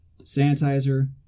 sanitizer